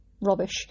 rubbish